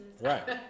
Right